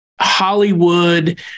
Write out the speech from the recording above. Hollywood